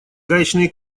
гаечные